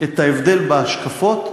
את ההבדל בהשקפות,